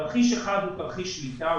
תרחיש אחד הוא תרחיש שליטה,